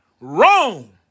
Wrong